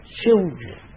children